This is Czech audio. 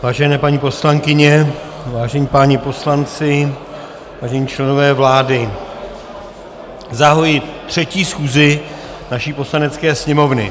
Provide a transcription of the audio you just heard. Vážené paní poslankyně, vážení páni poslanci, vážení členové vlády, zahajuji třetí schůzi naší Poslanecké sněmovny.